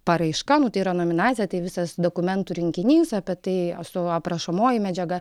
paraiška nu tai yra nominacija tai visas dokumentų rinkinys apie tai su aprašomoji medžiaga